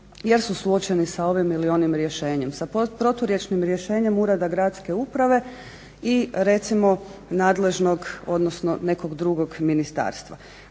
jer su suočeni sa ovim ili onim rješenjem, sa proturječnim rješenjem ureda gradske uprave i recimo nadležnog odnosno nekog drugog ministarstva.